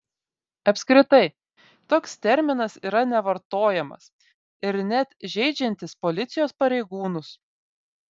apskritai toks terminas yra nevartojamas ir net žeidžiantis policijos pareigūnus